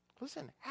Listen